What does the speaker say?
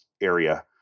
area